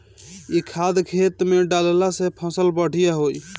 इ खाद खेत में डालला से फसल बढ़िया होई